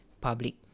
public